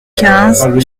quinze